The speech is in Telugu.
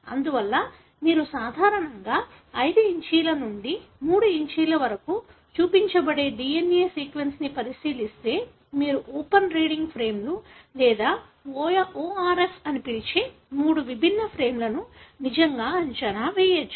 అందువల్ల మీరు సాధారణంగా 5 నుండి 3 వరకు చూపించబడే DNA సీక్వెన్స్ని పరిశీలిస్తే మీరు ఓపెన్ రీడింగ్ ఫ్రేమ్లు లేదా ORF అని పిలిచే మూడు విభిన్న ఫ్రేమ్లను నిజంగా అంచనా వేయవచ్చు